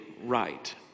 right